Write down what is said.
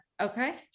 okay